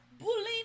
Bullying